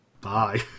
Bye